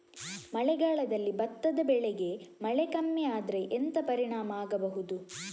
ಮಳೆಗಾಲದಲ್ಲಿ ಭತ್ತದ ಬೆಳೆಗೆ ಮಳೆ ಕಮ್ಮಿ ಆದ್ರೆ ಎಂತ ಪರಿಣಾಮ ಆಗಬಹುದು?